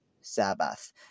Sabbath